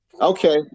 okay